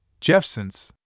Jeffsons